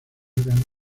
órgano